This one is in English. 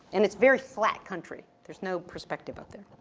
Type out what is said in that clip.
and it's very flat country, there's no perspective out there.